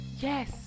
Yes